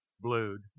blued